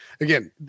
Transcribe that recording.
again